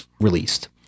released